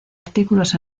artículos